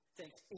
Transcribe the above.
thanks